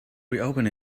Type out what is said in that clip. reopen